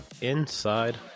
Inside